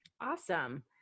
Awesome